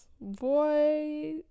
Boy